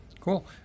Cool